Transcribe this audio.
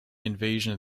invasion